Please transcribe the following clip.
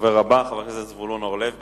הדובר הבא, חבר הכנסת זבולון אורלב.